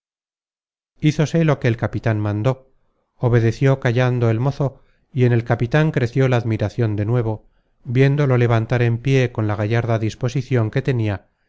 dormir hízose lo que el capitan mandó obedeció callando el mozo y en el capitan creció la admiracion de nuevo viéndolo levantar en pié con la gallarda disposicion que tenia